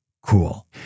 cool